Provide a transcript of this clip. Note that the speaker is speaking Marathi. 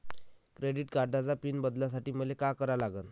क्रेडिट कार्डाचा पिन बदलासाठी मले का करा लागन?